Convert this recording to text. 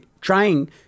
trying